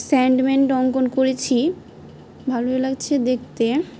স্যান্ডম্যেনড অঙ্কন করেছি ভালোই লাগছে দেখতে